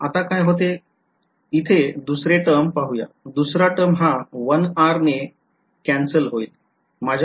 आता काय होते कि इथे दुसरे टर्म पाहुयात दुसरा टर्म हा 1 r ने कॅलसिल होईल